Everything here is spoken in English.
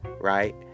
Right